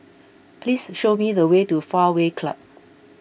please show me the way to Fairway Club